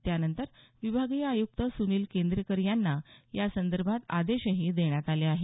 त्यानंतर विभागीय आयुक्त सुनील केंद्रेकर यांना यासंदर्भात आदेशही देण्यात आले आहेत